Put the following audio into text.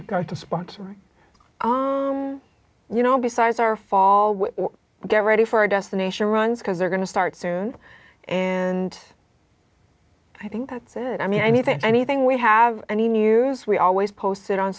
regard to sponsor you know besides our fall get ready for a destination runs because they're going to start soon and i think that's it i mean anything anything we have any news we always post